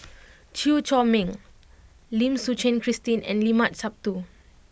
Chew Chor Meng Lim Suchen Christine and Limat Sabtu